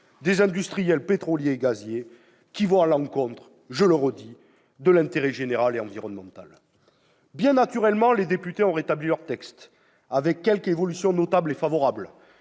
des industriels pétroliers et gaziers, qui vont à l'encontre de l'intérêt général et environnemental. Bien naturellement, les députés ont rétabli leur texte, avec quelques évolutions notables et favorables,